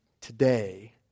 today